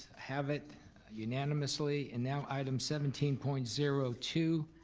have it unanimously, and now item seventeen point zero two.